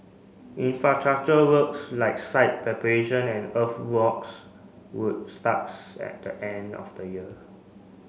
infrastructure works like site preparation and earthworks would starts at the end of the year